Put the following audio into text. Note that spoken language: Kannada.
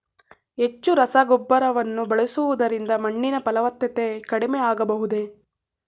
ಹೆಚ್ಚು ರಸಗೊಬ್ಬರವನ್ನು ಬಳಸುವುದರಿಂದ ಮಣ್ಣಿನ ಫಲವತ್ತತೆ ಕಡಿಮೆ ಆಗಬಹುದೇ?